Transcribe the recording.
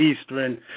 Eastern